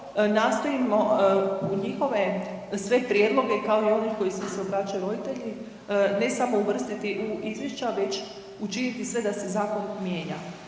nastojimo u njihove sve prijedloge kao i one s kojima se obraćaju roditelji ne samo uvrstiti u izvješća već učiniti sve da se zakon mijenja.